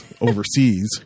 overseas